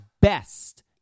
best